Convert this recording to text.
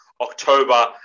October